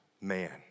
man